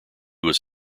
was